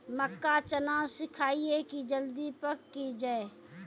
मक्का चना सिखाइए कि जल्दी पक की जय?